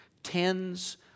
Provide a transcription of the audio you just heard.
tens